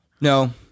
No